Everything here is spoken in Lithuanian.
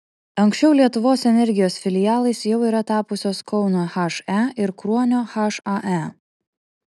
anksčiau lietuvos energijos filialais jau yra tapusios kauno he ir kruonio hae